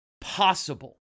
possible